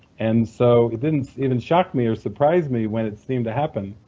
and so it didn't even shock me or surprise me when it seemed to happen,